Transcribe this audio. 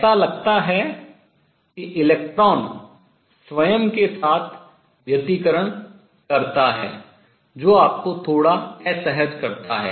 ऐसा लगता है कि इलेक्ट्रॉन स्वयं के साथ व्यतिकरण करता है जो आपको थोड़ा असहज करता है